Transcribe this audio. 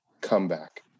comeback